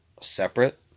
separate